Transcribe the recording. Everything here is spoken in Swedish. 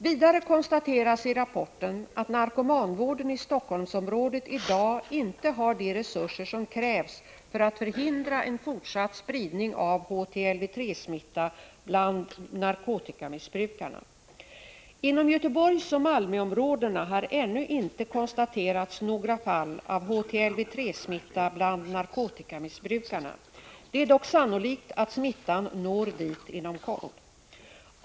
Vidare konstateras i rapporten att narkomanvården i Helsingforssområdet i dag inte har de resurser som krävs för att förhindra en fortsatt spridning av HTLV 3-smitta bland narkotikamissbrukarna. Inom Göteborgsoch Malmöområdena har ännu inte konstaterats några fall av HTLV 3-smitta bland narkotikamissbrukarna. Det är dock sannolikt att smittan når dit inom kort.